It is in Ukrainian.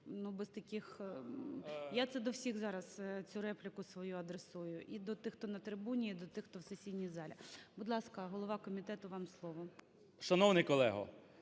Я це до всіх зараз цю репліку свою адресую: і до тих, хто на трибуні, і до тих, хто в сесійній залі. Будь ласка, голова комітету, вам слово. 13:07:14